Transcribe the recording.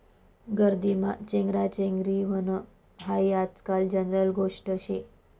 गर्दीमा चेंगराचेंगरी व्हनं हायी आजकाल जनरल गोष्ट शे